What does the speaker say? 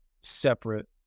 separate